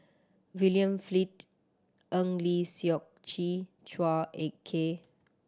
William Flint Eng Lee Seok Chee Chua Ek Kay